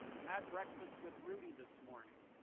had breakfast with rudy this morning.